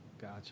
Gotcha